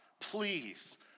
Please